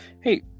Hey